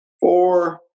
four